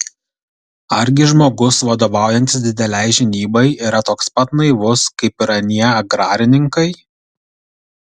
argi žmogus vadovaujantis didelei žinybai yra toks pat naivus kaip ir anie agrarininkai